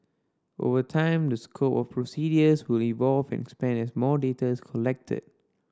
over time the scope of procedures will evolve and expand as more data is collected